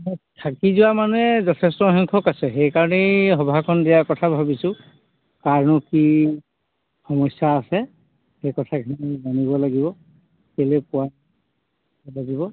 থাকি যোৱা মানুহে যথেষ্টসংখ্যক আছে সেইকাৰণেই সভাখন দিয়াৰ কথা ভাবিছোঁ কাৰনো কি সমস্যা আছে সেই কথাখিনি জানিব লাগিব কেলৈ পোৱা লাগিব